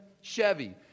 Chevy